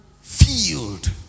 field